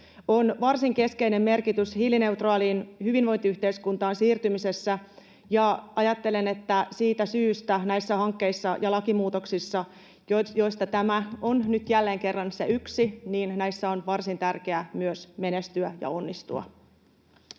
on varsin keskeinen merkitys hiilineutraaliin hyvinvointiyhteiskuntaan siirtymisessä, ja ajattelen, että siitä syystä näissä hankkeissa ja lakimuutoksissa, joista tämä on nyt jälleen kerran yksi, on varsin tärkeää myös menestyä ja onnistua.